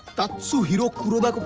tatsuhiro kuroda?